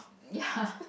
ya